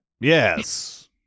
Yes